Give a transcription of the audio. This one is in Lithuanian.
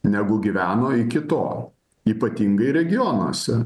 negu gyveno iki tol ypatingai regionuose